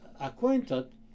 acquainted